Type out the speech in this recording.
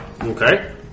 Okay